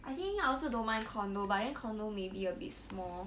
I think I also don't mind condo but then condo maybe a bit small